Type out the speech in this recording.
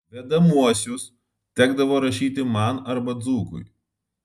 vedamuosius tekdavo rašyti man arba dzūkui